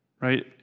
Right